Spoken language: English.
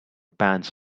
pants